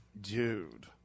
Dude